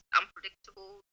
unpredictable